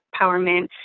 empowerment